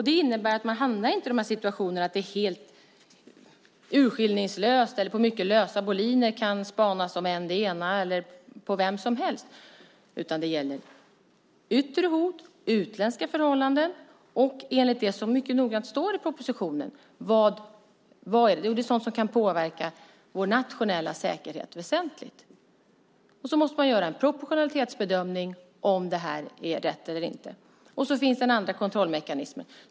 Det innebär att man inte hamnar i situationer där man helt urskillningslöst eller på mycket lösa boliner kan spana på vem som helst, utan det gäller yttre hot, utländska förhållanden och - som det mycket noggrant står i propositionen - sådant som kan påverka vår nationella säkerhet väsentligt. Man måste göra en proportionalitetsbedömning om detta är rätt eller inte. Sedan finns den andra kontrollmekanismen.